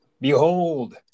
behold